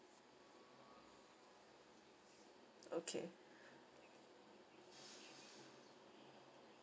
okay